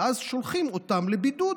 ואז שולחים אותם לבידוד,